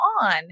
on